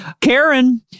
Karen